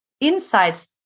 Insights